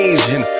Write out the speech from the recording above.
Asian